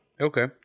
okay